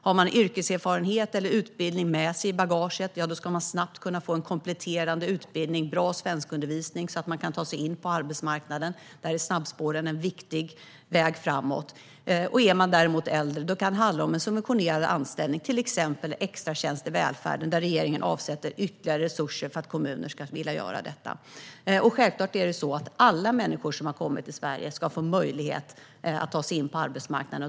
Har man yrkeserfarenhet eller utbildning med sig i bagaget ska man snabbt kunna få en kompletterande utbildning och bra svenskundervisning så att man kan ta sig in på arbetsmarknaden. Där är snabbspåren en viktig väg framåt. Är man äldre kan det handla om en subventionerad anställning, till exempel en extratjänst i välfärden, där regeringen avsätter ytterligare resurser för att kommunerna ska vilja göra detta. Självklart ska alla människor som har kommit till Sverige få möjlighet att ta sig in på arbetsmarknaden.